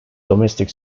domestic